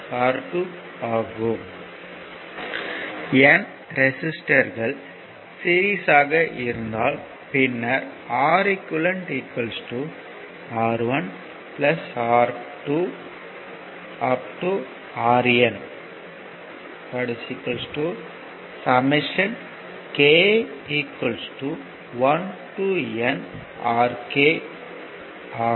N ரெசிஸ்டர்கள் series இல் இருந்தால் பின்னர் Req R1 R2 Rn k 1N Rk ஆகும்